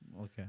Okay